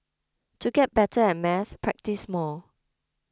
to get better at maths practise more